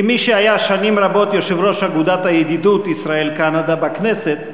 כמי שהיה שנים רבות יושב-ראש אגודת הידידות ישראל קנדה בכנסת,